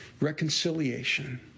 reconciliation